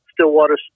Stillwater